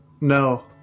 No